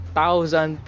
thousand